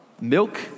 milk